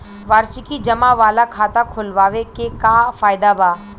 वार्षिकी जमा वाला खाता खोलवावे के का फायदा बा?